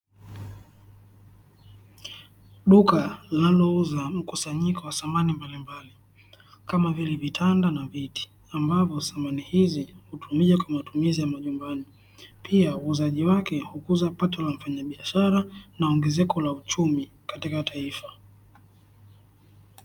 Duka linalouza mkusanyiko wa samani mbalimbali kama vile vitanda na viti, ambavo samani hizi hutumika kwa matumizi ya majumbani . Pia uuzaji wake hukuza pato la mfanya biashara na ongezeko la uchumi katika taifa.